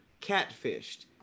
catfished